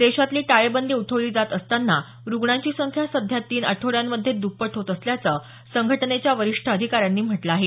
देशातली टाळेबंदी उठवली जात असताना रुग्णांची संख्या सध्या तीन आठवड्यांमधे द्प्पट होत असल्याचं संघटनेच्या वरिष्ठ अधिकाऱ्यांनी म्हटलं आहे